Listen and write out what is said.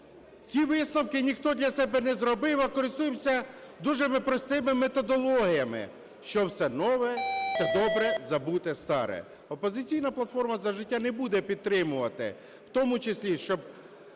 Ці висновки ніхто для себе не зробив, а користуємося дуже ми простими методологіями, що все нове – це добре забуте старе. "Опозиційна платформа – За життя" не буде підтримувати, в тому числі щоб